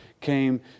came